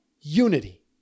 unity